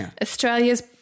Australia's